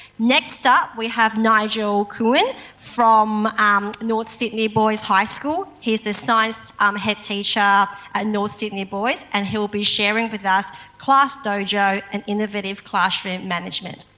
next up we have nigel kuan from north sydney boys high school, he's the science um head teacher at ah north sydney boys and he'll be sharing with us classdojo, an innovative classroom management.